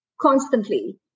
constantly